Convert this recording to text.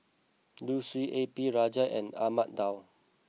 Liu Si A P Rajah and Ahmad Daud